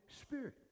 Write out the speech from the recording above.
Spirit